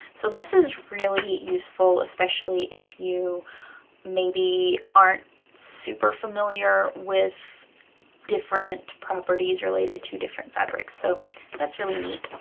so this is really useful, especially if you maybe aren't super familiar with different properties related to different fabrics. so that's really neat.